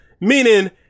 meaning